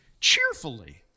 cheerfully